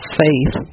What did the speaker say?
faith